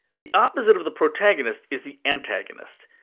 the opposite of the protagonist is the antagonist.